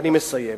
נא לסיים.